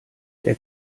der